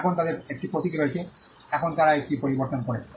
এখন তাদের একটি প্রতীক রয়েছে এখন তারা এই পরিবর্তনটি করেছে